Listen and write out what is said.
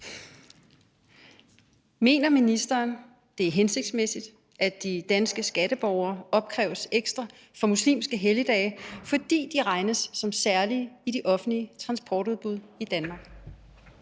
Mener ministeren, det er hensigtsmæssigt, at de danske skatteborgere opkræves ekstra for muslimske helligdage, fordi de regnes som særlige i de offentlige transportudbud i Danmark?